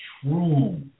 true